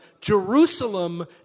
Jerusalem